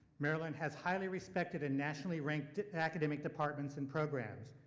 maryland has highly-respected and nationally-ranked academic departments and programs.